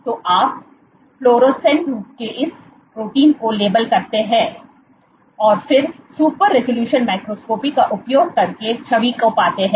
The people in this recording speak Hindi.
तो आप फ्लोरोसेंटली रूप से इस प्रोटीन को लेबल करते हैं और फिर सुपर रिज़ॉल्यूशन माइक्रोस्कोपी का उपयोग करके छवि को पाते हैं